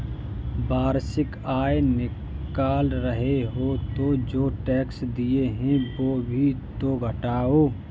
वार्षिक आय निकाल रहे हो तो जो टैक्स दिए हैं वो भी तो घटाओ